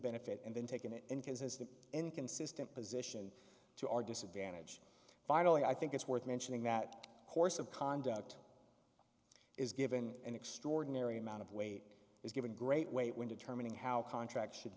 benefit and then taken it in because as the inconsistent position to our disadvantage finally i think it's worth mentioning that course of conduct is given an extraordinary amount of weight is given great weight when determining how contracts should